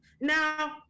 Now